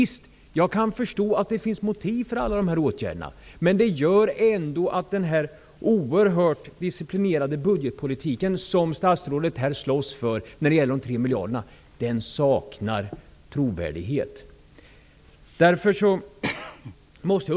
Jag kan förstå att det finns motiv för alla dessa åtgärder, men de innebär ändå att den oerhört disciplinerade budgetpolitiken, som statsrådet här slåss för när det gäller de 3 miljarderna, saknar trovärdighet.